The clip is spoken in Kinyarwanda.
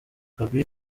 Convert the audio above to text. gaby